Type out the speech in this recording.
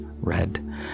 red